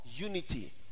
unity